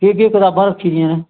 एह् केह् कताबां रक्खी दियां